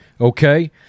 okay